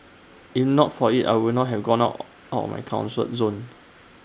if not for IT I would not have gonna out of my zone